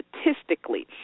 statistically